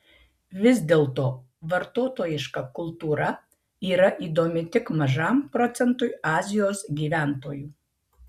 vis dėlto vartotojiška kultūra yra įdomi tik mažam procentui azijos gyventojų